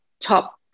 top